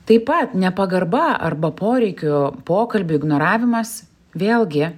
taip pat nepagarba arba poreikių pokalbių ignoravimas vėlgi